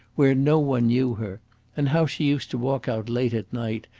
where no one knew her and how she used to walk out late at night,